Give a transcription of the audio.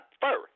first